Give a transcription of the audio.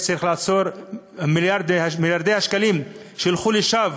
וצריך לעצור את מיליארדי השקלים שילכו לשם,